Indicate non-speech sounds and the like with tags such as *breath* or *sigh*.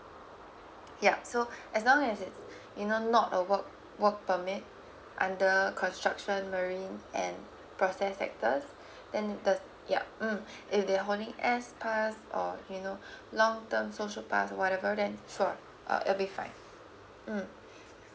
yup so *breath* as long as it's you know not a work work permit under construction marine and process sector *breath* then the yup mm if they holding S pass or you know *breath* long term social pass whatever then sure uh it will be fine